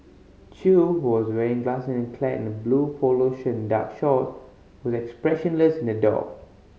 Chew who was wearing glass and clad in a blue polo shirt and dark shorts was expressionless in the dock